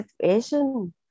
situation